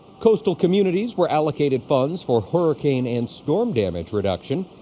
coastal communities were allocated funds for hurricane and storm damage reduction.